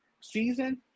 season